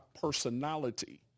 personality